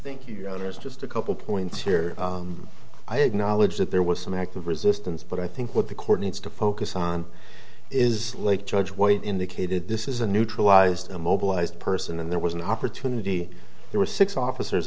thank you there's just a couple points here i acknowledge that there was some active resistance but i think what the court needs to focus on is late judge white indicated this is a neutralized a mobilized person and there was an opportunity there were six officers